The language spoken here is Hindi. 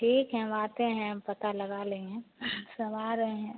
ठीक हैं हम आते हैं हम पता लगा लेंगे सब आ रहे हैं